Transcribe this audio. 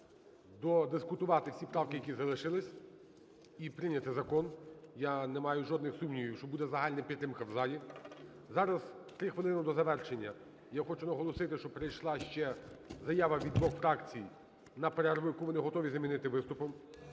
додискутувати всі правки, які залишились, і прийняти закон. Я не маю жодних сумнівів, що буде загальна підтримка в залі. Зараз 3 хвилини до завершення. Я хочу наголосити, прийшла ще заява від двох фракцій на перерву, яку вони готові замінити виступом.